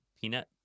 peanut